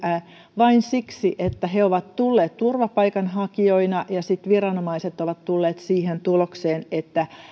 vain siksi että he ovat tulleet turvapaikanhakijoina ja sitten viranomaiset ovat tulleet siihen tulokseen että